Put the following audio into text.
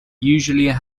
usually